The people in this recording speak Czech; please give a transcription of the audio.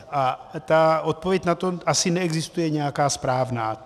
A odpověď na to asi neexistuje nějaká správná.